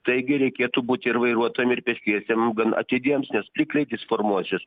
taigi reikėtų būti ir vairuotojam ir pėstiesiem gan atidiems nes plikledis formuosis